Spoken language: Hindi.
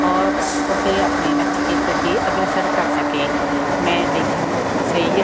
और उसे अपने लक्ष्य के प्रति अग्रसर कर सके मैं लेखन से यश